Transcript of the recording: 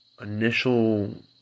initial